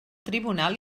tribunal